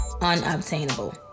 unobtainable